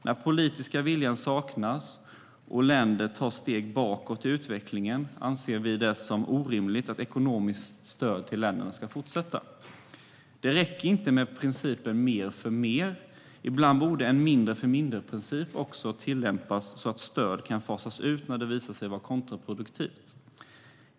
När den politiska viljan saknas och länder tar steg bakåt i utvecklingen anser vi det orimligt att ekonomiskt stöd till länderna ska fortsätta. Det räcker inte med principen mer-för-mer. Ibland borde även en princip om mindre-för-mindre också tillämpas så att stöd kan fasas ut när det visar sig vara kontraproduktivt.